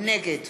נגד